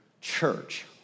church